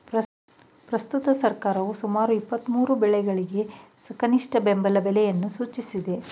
ಪ್ರಸ್ತುತ ಸರ್ಕಾರವು ಸುಮಾರು ಇಪ್ಪತ್ಮೂರು ಬೆಳೆಗಳಿಗೆ ಕನಿಷ್ಠ ಬೆಂಬಲ ಬೆಲೆಯನ್ನು ಸೂಚಿಸಿದೆ